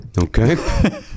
Okay